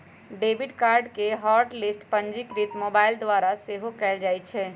debit card के hot list पंजीकृत mobile द्वारा सेहो कएल जाइ छै